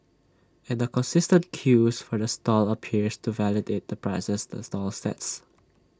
and the consistent queues for the stall appears to validate the prices the stall sets